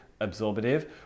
absorbative